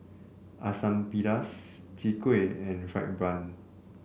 Asam Pedas Chwee Kueh and fried bun